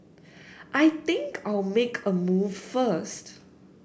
I think I'll make a move first